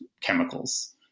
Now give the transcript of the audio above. chemicals